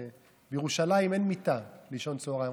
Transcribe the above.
בירושלים אין מיטה לישון צוהריים,